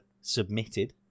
submitted